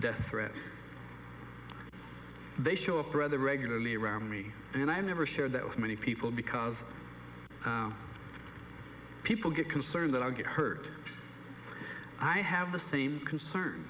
death threat they show up rather regularly around me and i never shared that with many peep because people get concerned that i get hurt i have the same concern